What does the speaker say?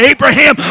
Abraham